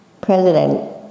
President